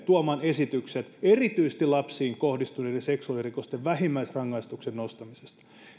tuomaan esitykset erityisesti esityksen lapsiin kohdistuneiden seksuaalirikosten vähimmäisrangaistuksen nostamisesta